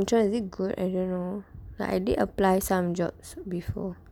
which [one] is it good I don't know like I did apply some jobs before